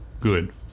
Good